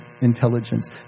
intelligence